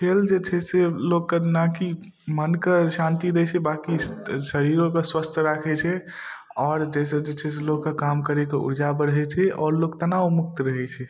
खेल जे छै से लोकके नहि कि मोनके शान्ति दै छै बाँकि शरीरोके स्वस्थ राखै छै आओर जाहिसँ जे छै से लोकके काम करैके उर्जा बढ़ै छै आओर लोक तनावमुक्त रहै छै